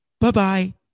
bye-bye